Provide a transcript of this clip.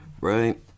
Right